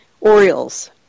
Orioles